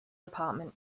department